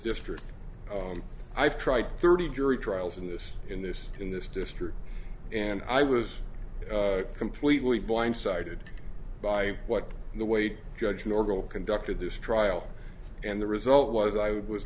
district i've tried thirty jury trials in this in this in this district and i was completely blindsided by what the wait judge normal conducted this trial and the result was